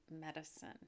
medicine